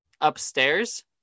upstairs